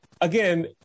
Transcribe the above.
again